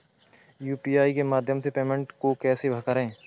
UPI के माध्यम से पेमेंट को कैसे करें?